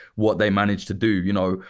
what they managed to do. you know,